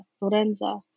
Lorenza